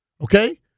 Okay